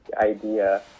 idea